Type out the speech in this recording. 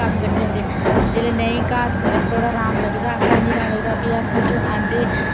कम्म कड्ढी लैंदे जेल्लै नेईं घर नेईं थोहड़ा अराम लगदा घर नी अराम लगदा फ्ही अस फ्ही आस्पिटल आंदे